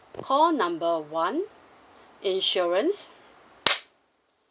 call number one insurance